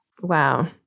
Wow